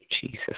Jesus